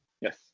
Yes